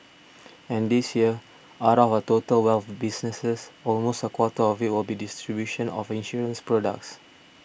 and this year out of our total wealth businesses almost a quarter of it will be distribution of insurance products